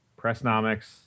Pressnomics